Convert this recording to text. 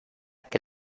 que